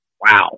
Wow